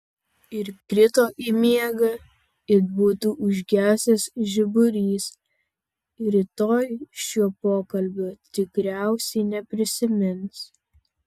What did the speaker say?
ir krito į miegą it būtų užgesęs žiburys rytoj šio pokalbio tikriausiai neprisimins